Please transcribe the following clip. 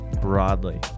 broadly